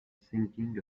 singing